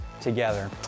together